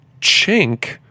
chink